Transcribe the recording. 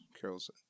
Carol's